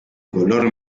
color